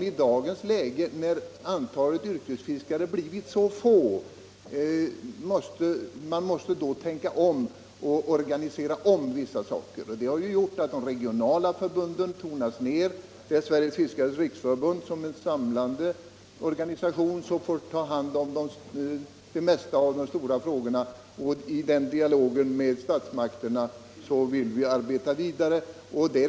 I dagens läge när antalet yrkesfiskare blivit så litet måste man tänka om och organisera om vissa saker. Det har gjort att de regionala förbunden tonats ner. Det är Sveriges fiskares riksförbund, den samlande organisationen, som får ta hand om det mesta av de stora frågorna. I den dialogen med statsmakterna vill vi arbeta vidare.